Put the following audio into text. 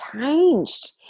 changed